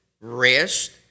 rest